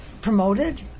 promoted